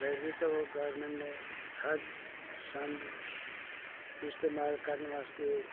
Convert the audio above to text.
ਵੈਸੇ ਤਾਂ ਗੌਰਮੈਂਟ ਨੇ ਹਰ ਸੰਦ ਇਸਤੇਮਾਲ ਕਰਨ ਵਾਸਤੇ